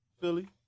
Philly